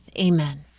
Amen